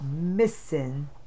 missing